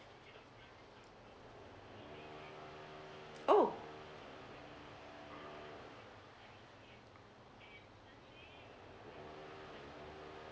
oh